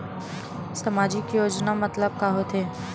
सामजिक योजना मतलब का होथे?